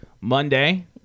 Monday